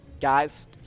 guys